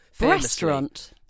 Restaurant